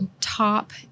top